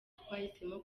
twahisemo